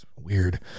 weird